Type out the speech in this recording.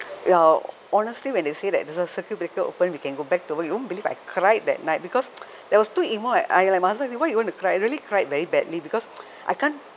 ya honestly when they say that the circuit breaker open we can go back to work you won't believe I cried that night because there was too emo like I my husband say why you want to cry I really cried very badly because I can't